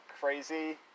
crazy